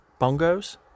Bongos